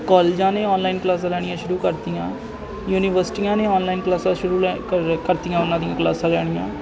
ਕਾਲਜਾਂ ਨੇ ਆਨਲਾਈਨ ਕਲਾਸਾਂ ਲੈਣੀਆਂ ਸ਼ੁਰੂ ਕਰਤੀਆਂ ਯੂਨੀਵਰਸਿਟੀਆਂ ਨੇ ਆਨਲਾਈਨ ਕਲਾਸਾਂ ਸ਼ੁਰੂ ਲੈ ਕਰ ਕਰਤੀਆਂ ਉਹਨਾਂ ਦੀਆਂ ਕਲਾਸਾਂ ਲੈਣੀਆ